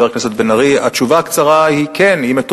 חבר הכנסת בן-ארי,